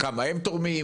זה כמה הם תורמים,